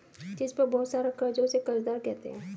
जिस पर बहुत सारा कर्ज हो उसे कर्जदार कहते हैं